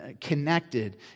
connected